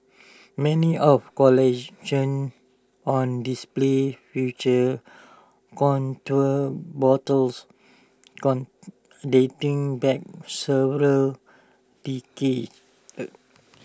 many of collections on display featured contour bottles dating back several decades